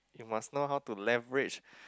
you must know how to leverage